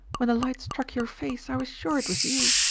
when the light struck your face i was sure it was you,